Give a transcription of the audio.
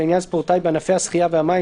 ולעניין ספורטאי בענפי השחייה והמים,